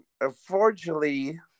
Unfortunately